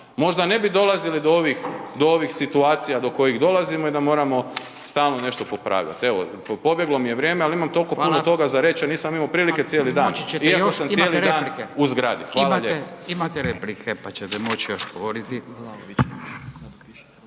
možda ne bi dolazili do ovih situacija do kojih dolazimo i da moramo stalno nešto popravljat. Evo pobjeglo mi je vrijeme, al imam tolko puno toga za reć, a nisam imo prilike cijeli dan, iako sam cijeli dan u zgradi. Hvala lijepo